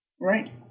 Right